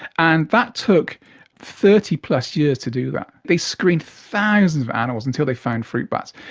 and that took thirty plus years to do that. they screened thousands of animals until they found fruit bats.